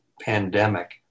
pandemic